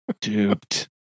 duped